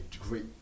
great